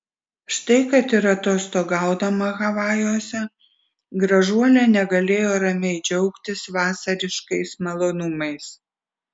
štai kad ir atostogaudama havajuose gražuolė negalėjo ramiai džiaugtis vasariškais malonumais